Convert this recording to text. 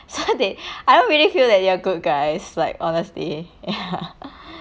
so that I don't really feel that they are good guys like honestly ya